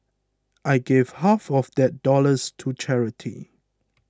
I gave half of that dollars to charity